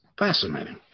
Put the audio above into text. fascinating